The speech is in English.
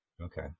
Okay